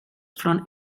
från